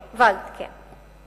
ולד, כן.